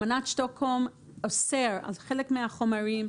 אמנת שטוקהולם אוסרת על חלק מהחומרים,